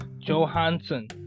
Johansson